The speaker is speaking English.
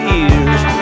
ears